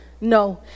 No